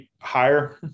higher